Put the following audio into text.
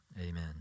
Amen